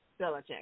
Belichick